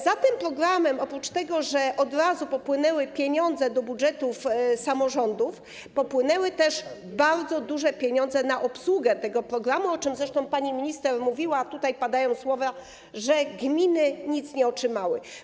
Za tym programem, oprócz tego, że od razu popłynęły pieniądze do budżetów samorządów, popłynęły też bardzo duże pieniądze na jego obsługę, o czym zresztą pani minister mówiła, a tutaj padają słowa, że gminy nic nie otrzymały.